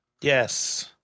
Yes